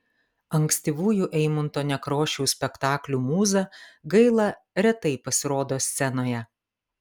ankstyvųjų eimunto nekrošiaus spektaklių mūza gaila retai pasirodo scenoje